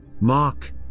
Mark